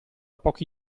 pochi